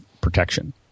protection